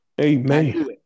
Amen